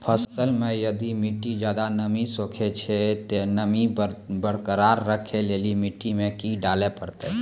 फसल मे यदि मिट्टी ज्यादा नमी सोखे छै ते नमी बरकरार रखे लेली मिट्टी मे की डाले परतै?